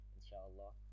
InshaAllah